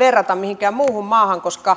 verrata mihinkään muuhun maahan koska